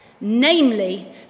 namely